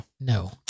No